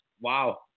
wow